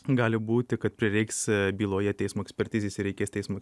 gali būti kad prireiks byloje teismo ekspertizės ir reikės teismui